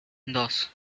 dos